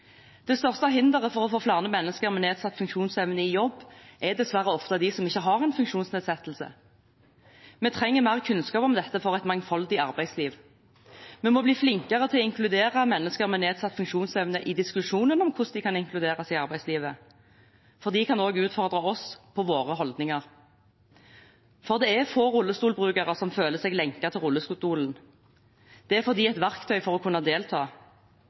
Det største hinderet for å få flere mennesker med nedsatt funksjonsevne i jobb er dessverre ofte de som ikke har en funksjonsnedsettelse. Vi trenger mer kunnskap om dette for et mangfoldig arbeidsliv. Vi må bli flinkere til å inkludere mennesker med nedsatt funksjonsevne i diskusjonen om hvordan de kan inkluderes i arbeidslivet. De kan også utfordre oss på våre holdninger. Det er få rullestolbrukere som føler seg lenket til rullestolen. Det er for dem et verktøy for å kunne delta.